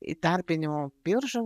įdarbinimo biržą